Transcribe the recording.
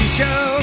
show